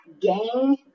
gang